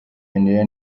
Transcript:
numva